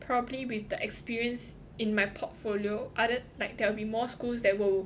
probably with the experience in my portfolio other like there will be more schools that will